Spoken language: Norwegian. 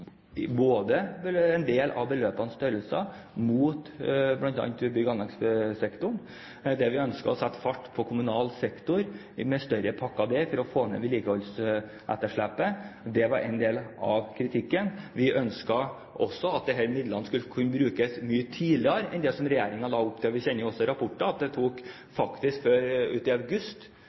en del av beløpenes størrelse, bl.a. mot bygg- og anleggssektoren. Vi ønsket å sette fart på kommunal sektor ved å gå inn med større pakker der for å få ned vedlikeholdsetterslepet. Det var en del av kritikken. Vi ønsket også at disse midlene skulle kunne brukes mye tidligere enn det som regjeringen la opp til. Vi kjenner også fra rapporter at mange av disse midlene faktisk ikke ble tatt i bruk før ut i august